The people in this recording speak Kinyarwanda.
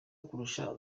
kurusha